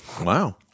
wow